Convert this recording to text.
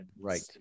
Right